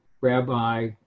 rabbi